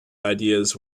ideas